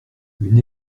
une